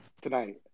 tonight